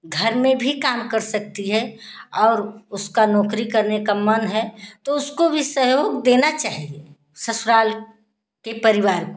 घर में भी काम कर सकती है और उसका नौकरी करने का मन है तो उसको भी सहयोग देना चाहिए ससुराल के परिवार को